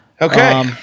Okay